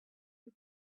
you